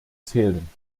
zählen